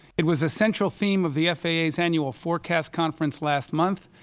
it was the central theme of the faa's annual forecast conference last month,